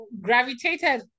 gravitated